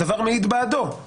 הדבר מעיד בעדו,